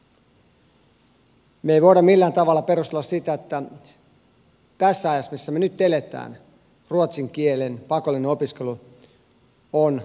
me emme voi millään perustella sitä että tässä ajassa missä me nyt elämme ruotsin kielen pakollinen opiskelu on välttämätöntä